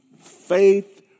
faith